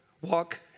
walk